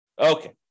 Okay